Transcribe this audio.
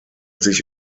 sich